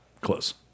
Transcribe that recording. close